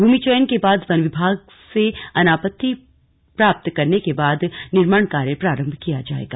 भूमि चयन के बाद वन विभाग से अनापत्ति प्राप्त करने के बाद निर्माण कार्य प्रारम्भ किया जायेगा